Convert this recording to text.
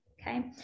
Okay